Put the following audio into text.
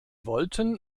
wollten